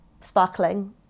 sparkling